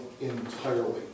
entirely